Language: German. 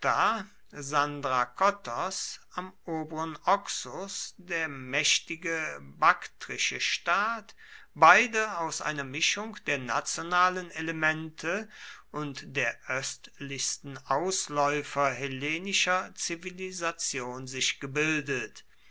am oberen oxus der mächtige baktrische staat beide aus einer mischung der nationalen elemente und der östlichsten ausläufer hellenischer zivilisation sich gebildet